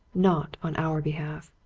not on our behalf,